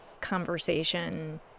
conversation